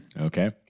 okay